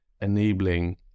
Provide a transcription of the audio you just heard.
enabling